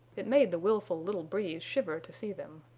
it made the willful little breeze shiver to see them.